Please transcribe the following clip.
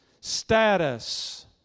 status